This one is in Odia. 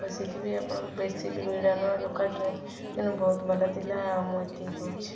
ବସିଥିବେ ଆପଣ ବେଶୀ ଭିଡ଼ ନୁହେଁ ଲୋକାଲ ଟ୍ରେନ ତେଣୁ ବହୁତ ଭଲ ଥିଲା ଆଉ ମୁଁ ଏତିକି କହୁଛି